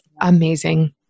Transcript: amazing